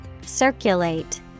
Circulate